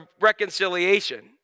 reconciliation